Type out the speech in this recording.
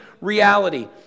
reality